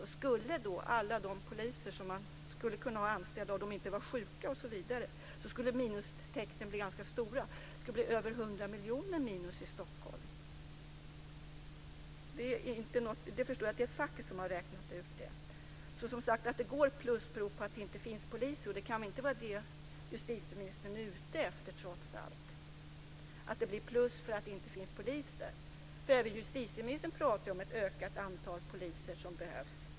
Om Stockholm hade alla de poliser man skulle kunna ha anställda och de inte var sjuka skulle minustecknen bli ganska stora. Då skulle Stockholm gå med över 100 miljoner minus. Jag förstår att det är facket som har räknat ut det. Att det går med plus beror på att det inte finns poliser, och justitieministern kan väl inte vara ute efter det. Även justitieministern pratar ju om att det behövs ett större antal poliser.